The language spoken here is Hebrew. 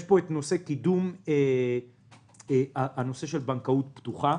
יש פה נושא של קידום בנקאות פתוחה.